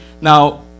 Now